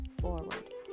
forward